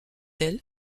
elle